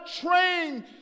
trained